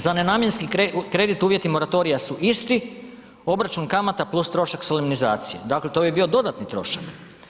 Za nenamjenski kredit uvjeti moratorija su isti, obračun kamata plus trošak solemnizacije, dakle to bi bio dodatni troška.